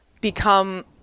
become